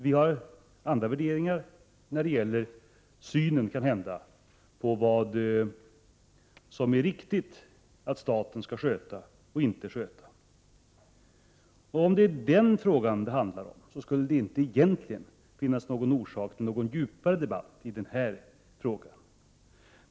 Vi har andra värderingar av vad staten skall sköta och inte sköta. Om denna fråga handlade om detta, skulle det inte finnas orsak till någon djupare debatt i denna fråga.